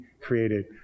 created